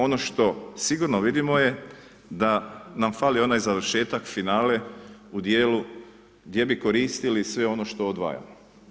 Ono što sigurno vidimo je da nam fali onaj završetak, finale, u dijelu gdje bi koristili sve ono što odvajamo.